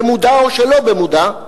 במודע או שלא במודע,